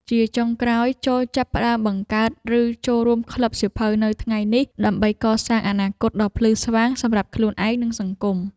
ជាចុងក្រោយ ចូរចាប់ផ្ដើមបង្កើត ឬចូលរួមក្លឹបសៀវភៅនៅថ្ងៃនេះ ដើម្បីកសាងអនាគតដ៏ភ្លឺស្វាងសម្រាប់ខ្លួនឯង និងសង្គម។